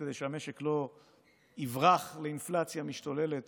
כדי שהמשק לא יברח לאינפלציה משתוללת